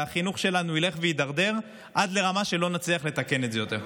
והחינוך שלנו ילך ויידרדר עד לרמה שלא נוכל לתקן את זה יותר.